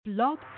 blog